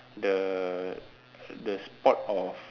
the the spark of